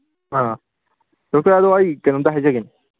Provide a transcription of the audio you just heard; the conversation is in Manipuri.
ꯑꯥ ꯗꯣꯛꯇꯔ ꯑꯗꯨ ꯑꯩ ꯀꯩꯅꯣꯝꯇ ꯍꯥꯏꯖꯒꯦꯅꯦ